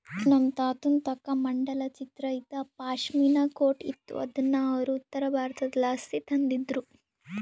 ನಮ್ ತಾತುನ್ ತಾಕ ಮಂಡಲ ಚಿತ್ರ ಇದ್ದ ಪಾಶ್ಮಿನಾ ಕೋಟ್ ಇತ್ತು ಅದುನ್ನ ಅವ್ರು ಉತ್ತರಬಾರತುದ್ಲಾಸಿ ತಂದಿದ್ರು